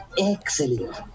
Excellent